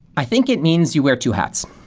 i think it means you wear two hats.